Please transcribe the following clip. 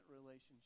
relationship